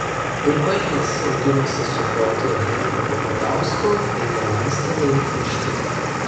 ir balys auginasi su poetu henriku radausku ėmė leisti laikraštį